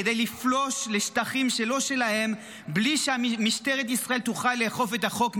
כדי לפלוש לשטחים שלא שלה בלי שמשטרת ישראל תוכל לאכוף את החוק נגדה.